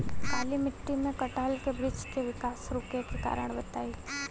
काली मिट्टी में कटहल के बृच्छ के विकास रुके के कारण बताई?